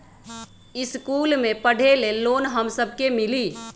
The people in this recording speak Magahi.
इश्कुल मे पढे ले लोन हम सब के मिली?